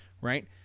Right